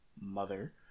mother